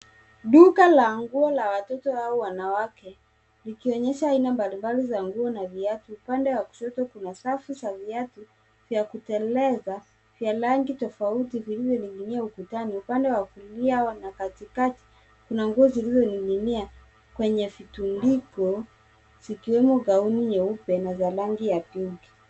Duka la nguo la watoto au wanawake, likionyesha aina mbalimbali za nguo na viatu. Upande wa kushoto kuna safu za viatu vya kuteleza vya rangi tofauti vilivyoning'inia ukutani. Upande wa kulia na wakatikati kuna nguo zilizoning'inia kwenye vitundiko, zikiwemo gauni nyeupe na za rangi ya gold .